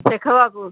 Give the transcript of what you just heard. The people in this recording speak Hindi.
शैख़वापुर